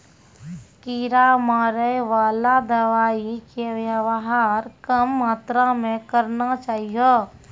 कीड़ा मारैवाला दवाइ के वेवहार कम मात्रा मे करना चाहियो